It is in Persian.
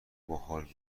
باحال